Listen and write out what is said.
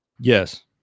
yes